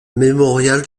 mémorial